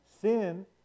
sin